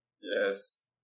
Yes